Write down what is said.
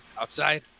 outside